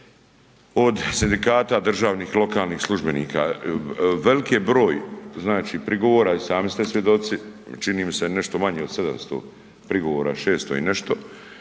od sindikata državnih i lokalnih službenika, veliki je broj znači prigovora i sami ste svjedoci, čini mi se nešto manje od 700 prigovora, 600 i nešto.